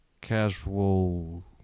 casual